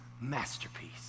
masterpiece